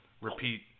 repeat